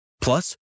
Plus